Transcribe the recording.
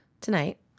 tonight